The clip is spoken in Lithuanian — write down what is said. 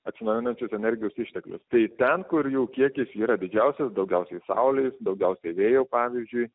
atsinaujinančius energijos išteklius tai ten kur jų kiekis yra didžiausias daugiausiai saulės daugiausiai vėjo pavyzdžiui